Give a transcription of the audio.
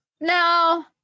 No